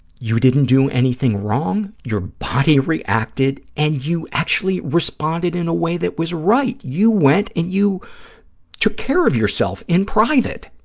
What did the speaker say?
you didn't do anything wrong. your body reacted, and you actually responded in a way that was right. you went and you took care of yourself in private.